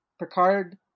Picard